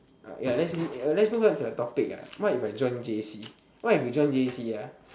alright ya let's move onto a topic what if I joined j_c what if you join j_c ah